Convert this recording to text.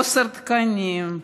חוסר תקנים,